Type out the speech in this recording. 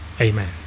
Amen